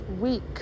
week